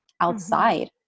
outside